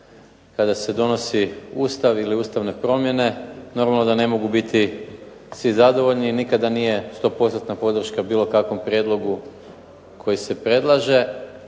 Kada se donosi Ustav ili ustavne promjene, normalno da ne mogu biti svi zadovoljni i nikada nije 100%-tna podrška bilo kakvom prijedlogu koji se predlaže.